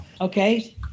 Okay